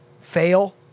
fail